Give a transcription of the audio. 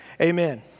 amen